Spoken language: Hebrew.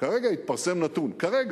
כרגע התפרסם נתון, כרגע,